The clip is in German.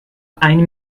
eine